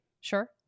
Sure